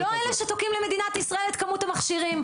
אנחנו לא אלה שתוקעים למדינת ישראל את כמות המכשירים.